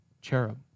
cherub